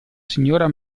signora